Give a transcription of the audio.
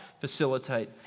facilitate